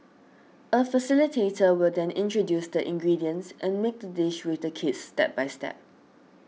a facilitator will then introduce the ingredients and make the dish with the kids step by step